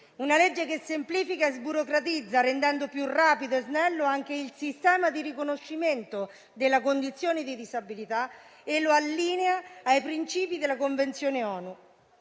che semplificasse e sburocratizzasse, rendendo più rapido e snello anche il sistema di riconoscimento della condizione di disabilità e allineandolo ai principi della Convenzione ONU.